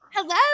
Hello